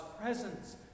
presence